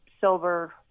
silver